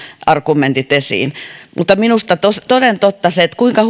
argumentit esiin mutta toden totta kuinka